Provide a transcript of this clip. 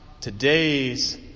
today's